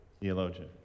theologian